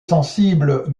sensible